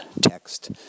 text